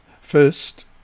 First